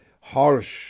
harsh